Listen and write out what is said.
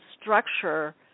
structure